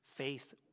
Faith